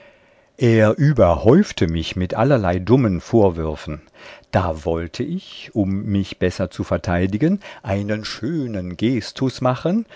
er überhäufte mich mit allerlei dummen vorwürfen da wollte ich um mich besser zu verteidigen einen schönen gestus machen